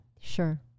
Sure